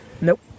Nope